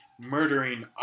murdering